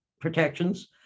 protections